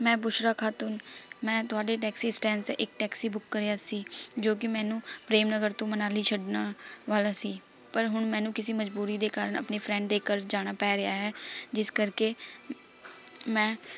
ਮੈਂ ਬੁਸ਼ਰਾ ਖਾਤੂਨ ਮੈਂ ਤੁਹਾਡੇ ਟੈਕਸੀ ਸਟੈਂਡ ਸੇ ਇੱਕ ਟੈਕਸੀ ਬੁੱਕ ਕਰਿਆ ਸੀ ਜੋ ਕਿ ਮੈਨੂੰ ਪ੍ਰੇਮ ਨਗਰ ਤੋਂ ਮਨਾਲੀ ਛੱਡਣ ਵਾਲਾ ਸੀ ਪਰ ਹੁਣ ਮੈਨੂੰ ਕਿਸੀ ਮਜ਼ਬੂਰੀ ਦੇ ਕਾਰਨ ਆਪਣੀ ਫ੍ਰੈਂਡ ਦੇ ਘਰ ਜਾਣਾ ਪੈ ਰਿਹਾ ਹੈ ਜਿਸ ਕਰਕੇ ਮੈਂ